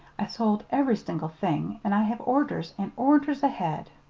i sold every single thing, and i have orders and orders ahead.